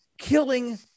Killing